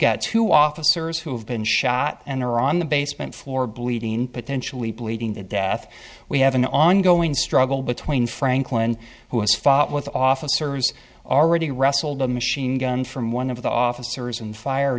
got two officers who have been shot and iran the basement floor bleeding potentially bleeding the death we have an ongoing struggle between frankland who has fought with officers already wrestled a machine gun from one of the officers and fire